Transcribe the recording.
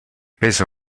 peso